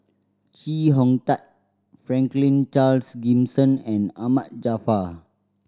Chee Hong Tat Franklin Charles Gimson and Ahmad Jaafar